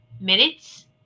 minutes